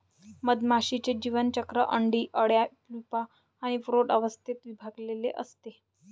मधमाशीचे जीवनचक्र अंडी, अळ्या, प्यूपा आणि प्रौढ अवस्थेत विभागलेले असते